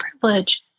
privilege